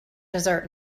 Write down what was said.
desert